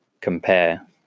compare